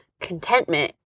contentment